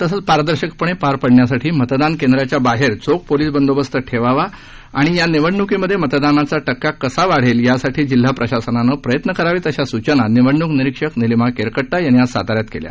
शिक्षक आणि पदवीधर निवडणूक शांततेत तसंच पादर्शकपणे पार पडण्यासाठी मतदान केंद्राच्या बाहेर चोख पोलीस बंदोबस्त ठेवावा आणि या निवडणुकीमध्ये मतदानाचा टक्का कसा वाढेल यासाठी जिल्हा प्रशासनानं प्रयत्न करावेत अशा सूचना निवडणूक निरीक्षक निलीमा केरकट्टा यांनी आज साताऱ्यात केल्या